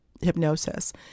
hypnosis